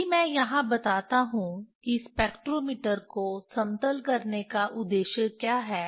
यदि मैं यहां बताता हूं कि स्पेक्ट्रोमीटर को समतल करने का उद्देश्य क्या है